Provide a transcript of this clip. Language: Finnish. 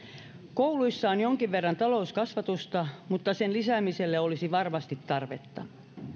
kouluissa on jonkin verran talouskasvatusta mutta sen lisäämiselle olisi varmasti tarvetta